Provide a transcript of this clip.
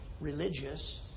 religious